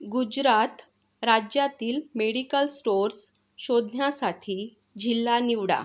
गुजराथ राज्यातील medical stores शोधण्यासाठी जिल्हा निवडा